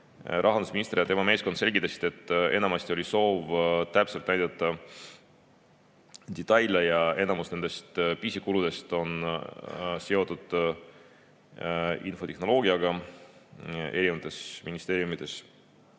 Rahandusminister ja tema meeskond selgitasid, et enamasti oli soov täpselt näidata detaile ja enamik nendest pisikuludest on seotud infotehnoloogiaga erinevates ministeeriumides,